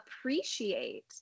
appreciate